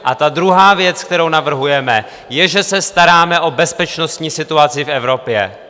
A ta druhá věc, kterou navrhujeme, je, že se staráme o bezpečnostní situaci v Evropě.